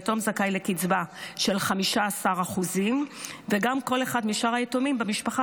יתום זכאי לקצבה של 15%. כל אחד משאר היתומים במשפחה